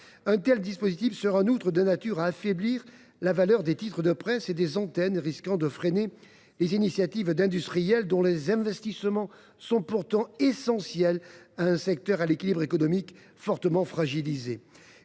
Un tel dispositif serait, en outre, de nature à affaiblir la valeur des titres de presse et des antennes. Il risquerait de freiner les initiatives d’industriels. Or leurs investissements sont essentiels à un secteur dont l’équilibre économique est fortement fragilisé.